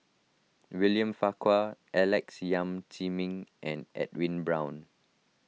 William Farquhar Alex Yam Ziming and Edwin Brown